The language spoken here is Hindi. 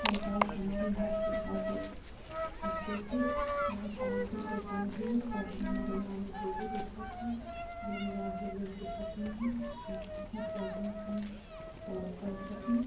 पंचायत हमारी हर सुविधा को अच्छे से बहुत शान्ति से सुनती है ताकि हमारे गाँव में जो भी दिक्कत हो जो भी गाँव के लोग दिक्कत में हैं उनकी हर प्रॉब्लम्स हम सॉल्व कर सकें